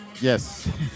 Yes